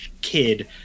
kid